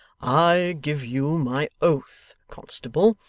i give you my oath, constable,